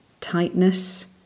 tightness